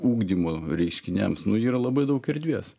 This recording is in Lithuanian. ugdymo reiškiniams nu yra labai daug erdvės